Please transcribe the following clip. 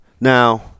Now